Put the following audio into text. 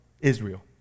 Israel